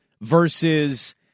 versus